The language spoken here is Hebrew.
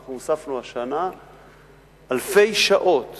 אנחנו הוספנו השנה אלפי שעות